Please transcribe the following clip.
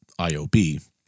IOB